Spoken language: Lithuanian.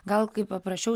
gal kaip paprasčiau